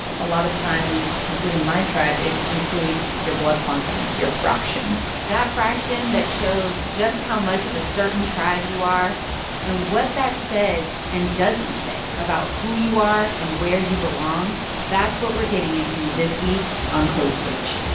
a lot of times, including my tribe, it includes your blood quantum your fraction that fraction that shows just how much of a certain tribe you are and what that says and doesn't say about who you are and where you belong that's what we're getting into this week on code switch